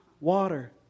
water